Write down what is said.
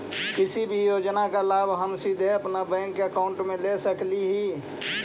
किसी भी योजना का लाभ हम सीधे अपने बैंक अकाउंट में ले सकली ही?